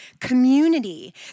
community